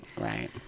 Right